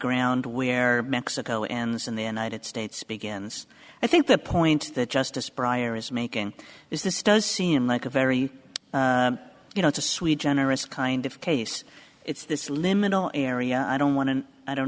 ground where mexico ends and the united states begins i think the point that justice brier is making is this does seem like a very you know it's a sweet generous kind of case it's this liminal area i don't want to i don't